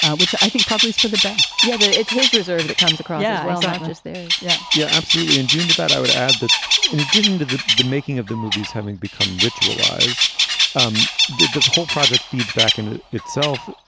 ah which i think probably is for the best yeah, it's his reserve that comes across. yeah. it's not just there. yeah yeah, absolutely. injune to that. i would add that in addition to the the making of the movies, having become ritualised, um did the whole project feeds back into itself.